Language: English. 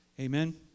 Amen